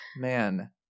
man